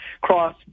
cross